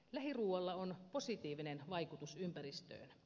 lähiruualla on positiivinen vaikutus ympäristöön